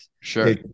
sure